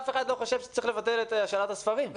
אף אחד לא חשוב שצריך לבטל את השאלת הספרים,